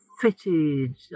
fitted